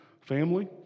family